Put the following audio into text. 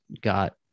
got